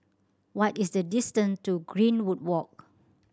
what is the distance to Greenwood Walk